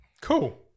Cool